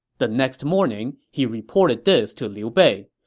the next morning, he reported this to liu bei.